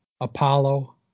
Apollo